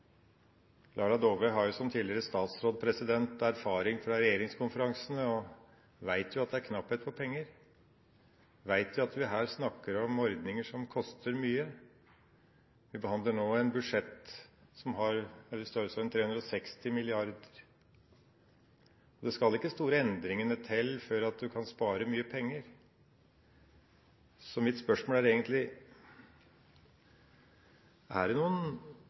som tidligere statsråd erfaring fra regjeringskonferansene og vet at det er knapphet på penger. Hun vet at vi her snakker om ordninger som koster mye. Vi behandler nå et budsjett som er i størrelsesordenen 360 mrd. kr. Det skal ikke store endringene til før man kan spare mye penger. Så mitt spørsmål er egentlig: Finnes det noen